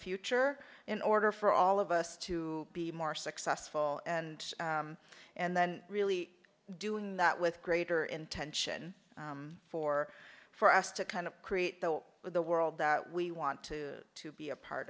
future in order for all of us to be more successful and and then really doing that with greater intention for for us to kind of create though the world that we want to to be a part